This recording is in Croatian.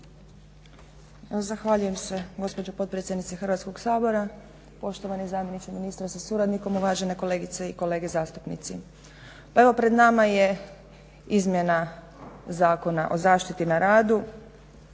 zahvaljujem se gospođo potpredsjednice Hrvatskog sabora, poštovani zamjeniče ministra sa suradnikom, uvažene kolegice i kolege zastupnici. Pa evo pred nama je izmjena Zakona o zaštiti na radu